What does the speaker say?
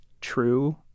true